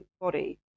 body